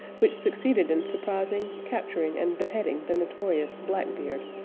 which succeeded in surprising, capturing, and beheading the notorious black beard,